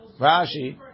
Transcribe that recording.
Rashi